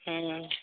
ହୁଁ